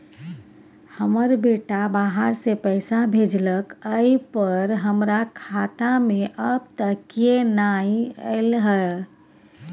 हमर बेटा बाहर से पैसा भेजलक एय पर हमरा खाता में अब तक किये नाय ऐल है?